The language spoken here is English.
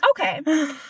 Okay